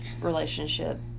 relationship